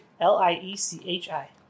L-I-E-C-H-I